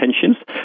tensions